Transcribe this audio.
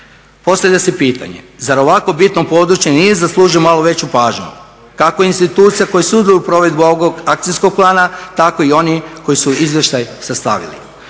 Postavlja se pitanje zar ovako bitno područje nije zaslužilo malo veću pažnju. Kako institucije koje sudjeluju u provedbi ovog akcijskog plana tako i oni koji su izvještaj sastavili.